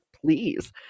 Please